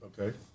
Okay